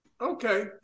Okay